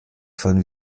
von